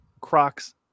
Crocs